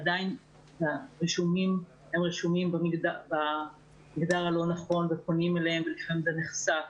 עדיין הרישומים הם במגדר הלא נכון ופונים אליהם ואז זה נחשף.